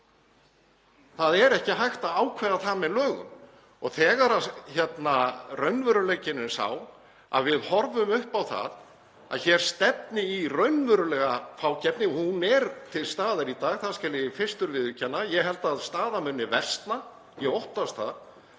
Það er ekki hægt að ákveða það með lögum. Þegar raunveruleikinn er sá að við horfum upp á að hér stefni í raunverulega fákeppni — og hún er til staðar í dag, það skal ég fyrstur viðurkenna, og ég held að staðan muni versna, ég óttast að